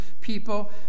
people